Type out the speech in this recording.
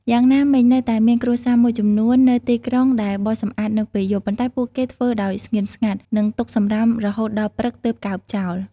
យ៉ាងណាមិញ នៅតែមានគ្រួសារមួយចំនួននៅទីក្រុង ដែលបោសសម្អាតនៅពេលយប់ ប៉ុន្តែពួកគេធ្វើដោយស្ងៀមស្ងាត់ និងទុកសំរាមរហូតដល់ព្រឹក ទើបកើបចោល។